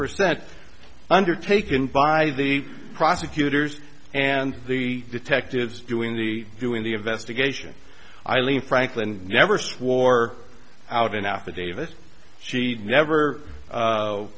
percent undertaken by the prosecutors and the detectives doing the doing the investigation eileen franklin never swore out of an affidavit she never